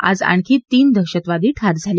आज आणखी तीन दहशतवादी ठार झाले